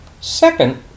Second